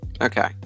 okay